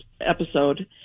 episode